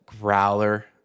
Growler